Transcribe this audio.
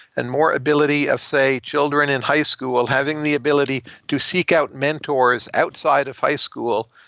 and more ability of, say, children in high school, having the ability to seek out mentors outside of high school.